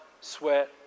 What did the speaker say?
sweat